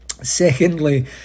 Secondly